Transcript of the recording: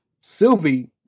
Sylvie